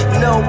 no